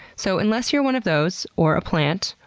so, unless you're one of those, or a plant,